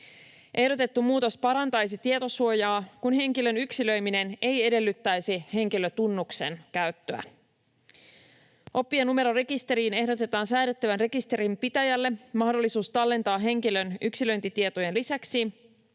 Ehdotettu muutos parantaisi tietosuojaa, kun henkilön yksilöiminen ei edellyttäisi henkilötunnuksen käyttöä. Oppijanumerorekisteriin ehdotetaan säädettävän rekisterinpitäjälle mahdollisuus tallentaa henkilön yksilöintitietojen lisäksi